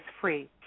free